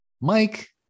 Mike